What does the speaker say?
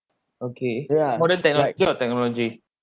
okay modern technology or technology